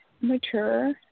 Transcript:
mature